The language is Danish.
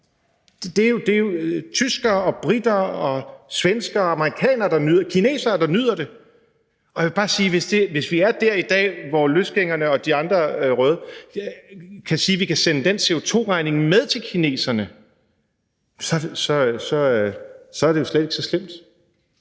Det er jo tyskere, briter, svenskere, amerikanere og kinesere, der nyder dem. Jeg vil bare sige, at hvis vi i dag er der, hvor løsgængerne og de andre røde kan sige, at vi kan sende den CO2-regning med til kineserne, er det jo slet ikke så slemt.